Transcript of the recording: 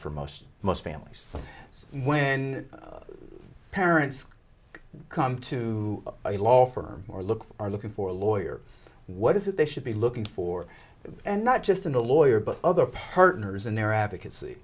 for most most families so when parents come to a law firm or look are looking for a lawyer what is it they should be looking for and not just in the lawyer but other partners and their advoca